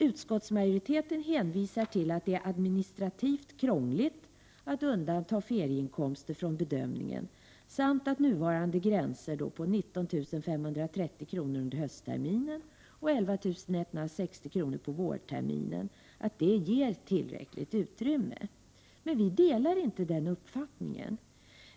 Utskottsmajoriteten hänvisar till att det är administrativt krångligt att undanta ferieinkomster vid bedömningen samt att nuvarande gränser på 19 530 kr. under höstterminen och 11 160 kr. under vårterminen ger tillräckligt utrymme. Men vi i vpk delar inte den uppfattningen.